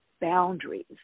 boundaries